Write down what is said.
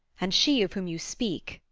and she of whom you speak,